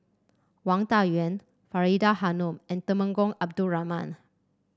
Wang Dayuan Faridah Hanum and Temenggong Abdul Rahman